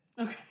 okay